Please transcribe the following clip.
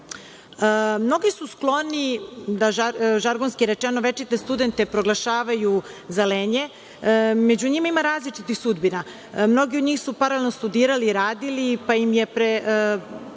su skloni da, žargonski rečeno, večite studente proglašavaju za lenje. Među njima ima različitih sudbina. Mnogi od njih su paralelno studirali i radili, pa im je preostalo